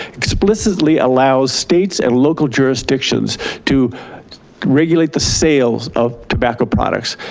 explicitly allows states and local jurisdictions to regulate the sales of tobacco products.